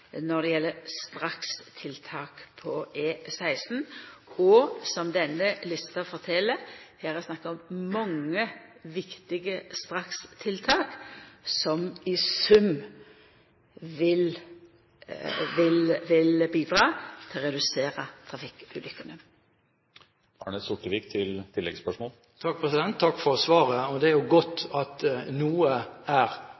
når det gjeld strakstiltak på E16. Som denne lista fortel, er det her snakk om mange viktige strakstiltak som i sum vil bidra til å redusera trafikkulukkene. Takk for svaret. Det er godt at noe er